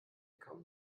kaum